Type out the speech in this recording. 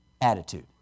Attitude